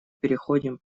переходим